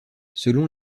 selon